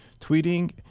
tweeting